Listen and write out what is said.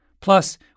Plus